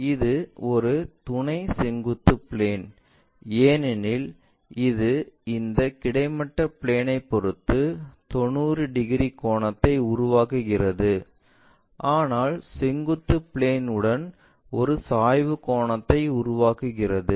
இது ஒரு துணை செங்குத்து பிளேன் ஏனெனில் இது இந்த கிடைமட்ட பிளேன்ஐ பொறுத்து 90 டிகிரி கோணத்தை உருவாக்குகிறது ஆனால் செங்குத்து பிளேன் உடன் ஒரு சாய்வு கோணத்தை உருவாக்குகிறது